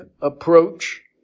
approach